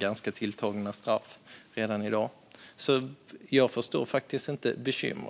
ganska väl tilltagna straff redan i dag, så jag förstår faktiskt inte problemet.